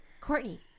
Courtney